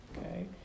okay